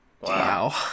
wow